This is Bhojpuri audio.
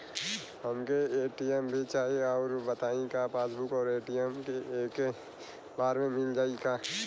हमके ए.टी.एम भी चाही राउर बताई का पासबुक और ए.टी.एम एके बार में मील जाई का?